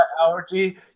allergy